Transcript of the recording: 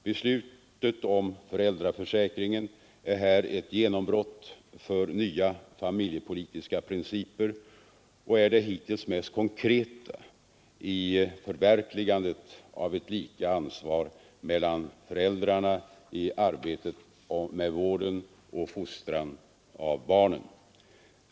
Beslutet om föräldraförsäkringen är här ett genombrott för nya familjepolitiska principer och är det hittills mest konkreta i förverkligandet av ett lika ansvar mellan föräldrarna i arbetet med vården och fostran av barnen.